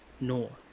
north